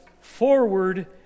forward